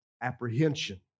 apprehension